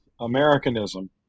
Americanism